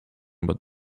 about